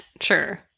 sure